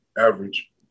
average